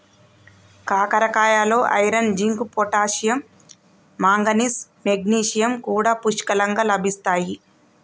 కాకరకాయలో iron, zinc, potassium, manganese, magnesium కూడా పుష్కలంగా లభిస్తాయి